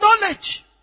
knowledge